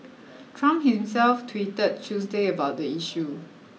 Trump himself tweeted Tuesday about the issue